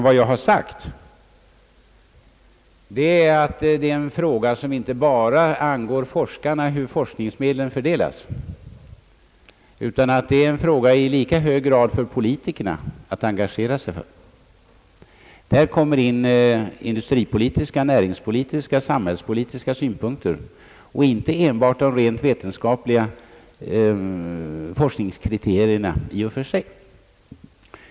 Vad jag har sagt är att det inte bara angår forskarna hur forskningsmedlen fördelas, utan att det är en fråga i lika hög grad för politikerna att engagera sig för. Där kommer in näringspolitiska och samhällspolitiska synpunkter och inte enbart de rent vetenskapliga forskningskriterierna.